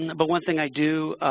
and but, one thing i do,